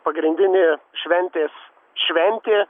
pagrindinė šventės šventė